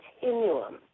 continuum